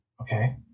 Okay